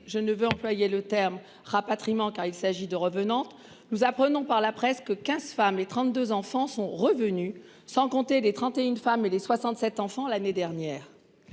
je ne veux employer le terme rapatriement car il s'agit de revenante, nous apprenons par la presse que 15 femmes et 32 enfants sont revenus sans compter les 31 femmes et les 67 enfants l'année dernière.